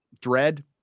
Dread